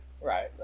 Right